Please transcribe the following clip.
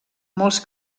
molts